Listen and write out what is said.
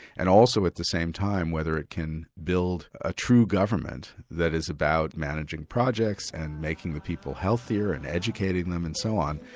and also at the same time whether it can build a true government that is about managing projects, and making the people healthier and educating them and so on,